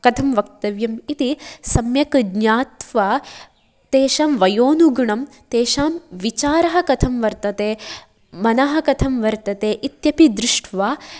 कथं वक्तव्यम् इति सम्यक् ज्ञात्वा तेषां वयोनुगुणं तेषां विचारः कथं वर्तते मनः कथं वर्तते इत्यपि दृष्ट्वा